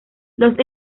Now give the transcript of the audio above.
los